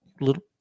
little